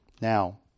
Now